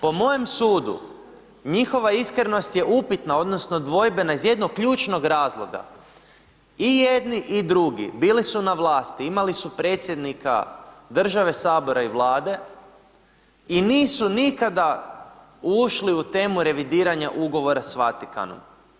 Po mojem sudu njihova iskrenost je upitna odnosno dvojbena iz jednog ključnog razloga, i jedni i drugi bili su na vlasti, imali su Predsjednika države, Sabora i Vlade i nisu nikad ušli u temu revidiranja ugovora s Vatikanom.